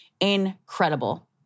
incredible